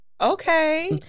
okay